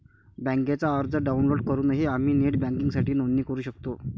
बँकेचा अर्ज डाउनलोड करूनही आम्ही नेट बँकिंगसाठी नोंदणी करू शकतो